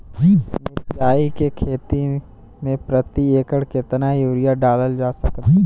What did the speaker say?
मिरचाई के खेती मे प्रति एकड़ केतना यूरिया डालल जा सकत बा?